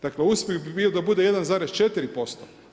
Dakle, uspjeh bi bio da bude 1,4%